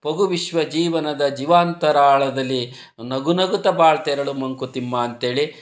ಪಗುವಿಶ್ವ ಜೀವನದ ಜೀವಾಂತರಾಳದಲಿ ನಗುನಗುತ ಬಾಳ್ ತೆರಳು ಮಂಕುತಿಮ್ಮ ಅಂತೇಳಿ